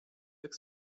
tak